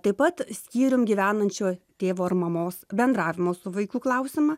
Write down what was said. taip pat skyrium gyvenančio tėvo ar mamos bendravimo su vaiku klausimą